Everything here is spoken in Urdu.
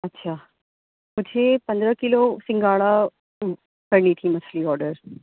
اچھا مجھے پندرہ کیلو سنگھاڑا کرنی تھی مچھلی آڈر